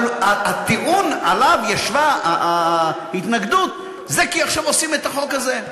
אבל הטיעון שעליו ישבה ההתנגדות הוא שעכשיו עושים את החוק הזה.